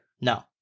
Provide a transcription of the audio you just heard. No